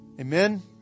Amen